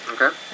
Okay